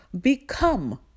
become